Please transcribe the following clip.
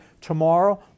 Tomorrow